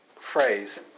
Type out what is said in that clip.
Phrase